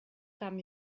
camp